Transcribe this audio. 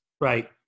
Right